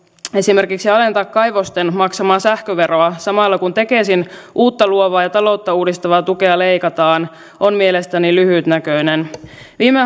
esimerkiksi alentaa kaivosten maksamaa sähköveroa samalla kun tekesin uutta luovaa ja taloutta uudistavaa tukea leikataan on mielestäni lyhytnäköinen viime